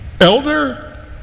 Elder